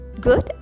good